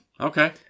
Okay